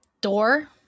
Door